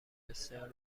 بسیار